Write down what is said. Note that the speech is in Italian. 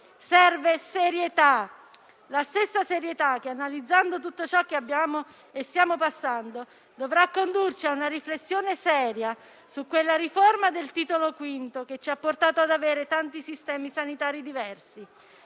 Serve serietà, la stessa serietà che, analizzando tutto ciò che stiamo passando, dovrà condurci a una riflessione seria su quella riforma del Titolo V che ci ha portato ad avere tanti sistemi sanitari diversi.